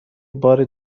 بار